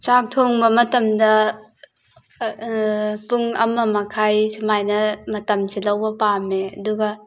ꯆꯥꯛ ꯊꯣꯡꯕ ꯃꯇꯝꯗ ꯄꯨꯡ ꯑꯃ ꯃꯈꯥꯏ ꯁꯨꯃꯥꯏꯅ ꯃꯇꯝꯁꯤ ꯂꯧꯕ ꯄꯥꯝꯃꯦ ꯑꯗꯨꯒ